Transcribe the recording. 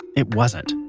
it wasn't.